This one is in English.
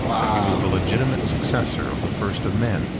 that he was the legitimate successor of the first of men,